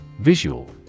Visual